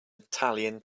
italian